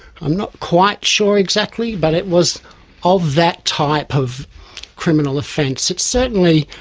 i'm not quite sure exactly, but it was of that type of criminal offence. it certainly,